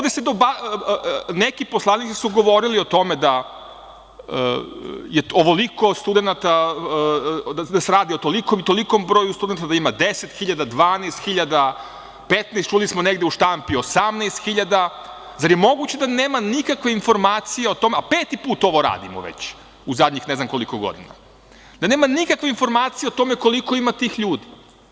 Neki poslanici su govorili o tome da je ovoliko studenata, da se radi o tolikom i tolikom broju studenata, da ima 10.000, 12.000, 15.000, čuli smo negde u štampi 18.000, zar je moguće da nema nikakve informacije o tome, a peti put ovo radimo već u zadnjih ne znam koliko godina, da nema nikakve informacije o tome koliko ima tih ljudi?